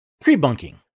pre-bunking